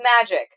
magic